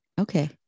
Okay